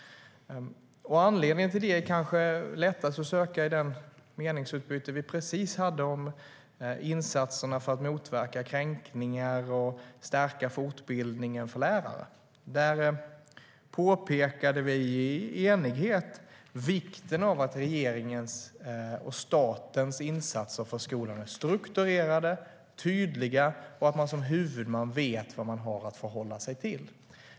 Anledningen till det är kanske lättast att söka i det meningsutbyte vi precis hade om insatserna för att motverka kränkningar och stärka fortbildningen för lärare. Där påpekade vi i enighet vikten av att regeringens och statens insatser för skolan är strukturerade och tydliga och att man som huvudman vet vad man har att förhålla sig till.